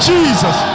Jesus